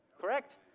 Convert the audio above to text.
correct